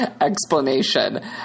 explanation